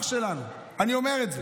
אח שלנו, אני אומר את זה.